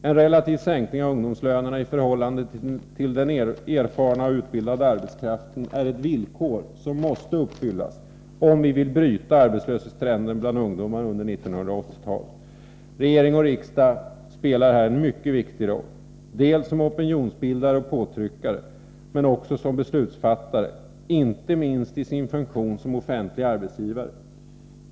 En relativ sänkning av lönerna för ungdomarna, i förhållande till den erfarna och utbildade arbetskraften, är ett villkor som måste uppfyllas, om vi vill bryta arbetslöshetstrenden bland ungdomarna under 1980-talet. Regering och riksdag spelar här en mycket viktig roll — som opinionsbildare och påtryckare men också som beslutsfattare, inte minst i funktionen som offentlig arbetsgivare.